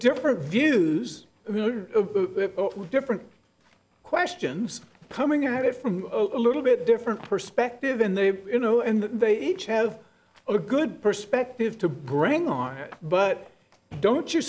different views of different questions coming at it from a little bit different perspective than they you know and they each have a good perspective to bring on but don't you